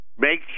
Make